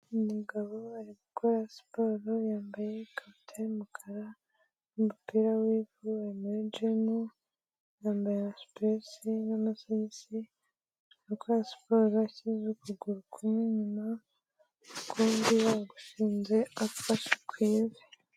Umugabo ari gukora siporo yambaye ikabutura y'umukara, n'umupira we wemeraje, yambaye supuresi n'amasogisi. Ari gukora siporo ashyize ukuguru kumwe inyuma, ukundi yagushinze apfashe ku ivi.